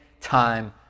time